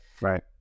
Right